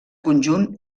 conjunt